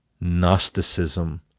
Gnosticism